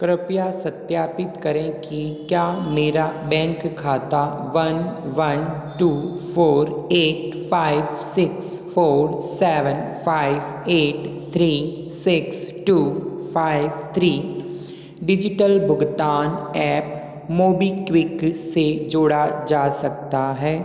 कृपया सत्यापित करें कि क्या मेरा बैंक खाता one one two four eight five six four seven five eight three six two five three digital भुगतान ऐप मोबीक्विक से जोड़ा जा सकता है